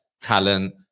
talent